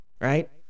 right